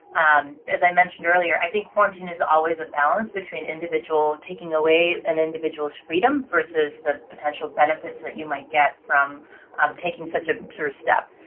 um as i mentioned earlier, i think quarantine is always a balance between individual taking away an individual's freedom versus the potential benefits that you might get from um taking such a sort of step